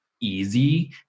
easy